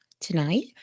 tonight